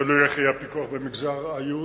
תלוי איך יהיה הפיקוח במגזר היהודי,